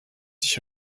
sich